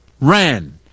ran